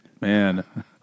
man